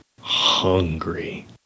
hungry